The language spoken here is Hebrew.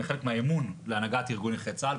חלק מהאמון להנהגת ארגון נכי צה"ל,